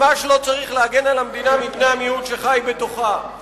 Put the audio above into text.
ממש לא צריך להגן על המדינה מפני המיעוט שחי בתוכה.